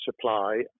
supply